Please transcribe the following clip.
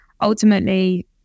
ultimately